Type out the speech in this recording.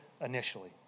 initially